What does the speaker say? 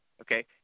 okay